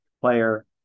player